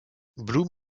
bloom